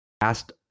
asked